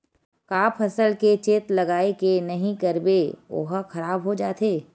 का फसल के चेत लगय के नहीं करबे ओहा खराब हो जाथे?